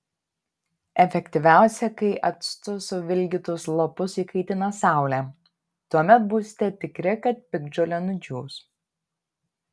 efektyviausia kai actu suvilgytus lapus įkaitina saulė tuomet būsite tikri kad piktžolė nudžius